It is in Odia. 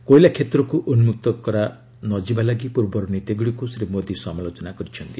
କୋଇଲା କ୍ଷେତ୍ରକୃ ଉନ୍କକ୍ତ କରାନଯିବା ଲାଗି ପୂର୍ବର ନୀତିଗୁଡ଼ିକୁ ଶ୍ରୀ ମୋଦୀ ସମାଲୋଚନା କରିଛନ୍ତି